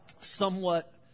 somewhat